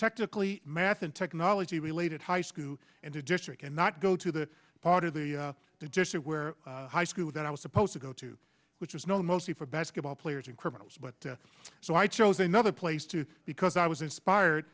technically math and technology related high school and a district and not go to the part of the district where high school that i was supposed to go to which is known mostly for basketball players and criminals but the so i chose another place too because i was inspired